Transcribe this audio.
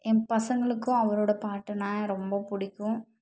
என் பசங்களுக்கும் அவரோட பாட்டுன்னால் ரொம்ப பிடிக்கும்